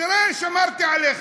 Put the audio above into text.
תראה, שמרתי עליך.